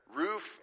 roof